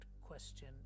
question